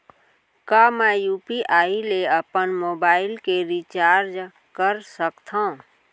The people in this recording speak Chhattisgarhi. का मैं यू.पी.आई ले अपन मोबाइल के रिचार्ज कर सकथव?